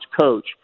coach